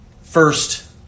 first